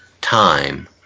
time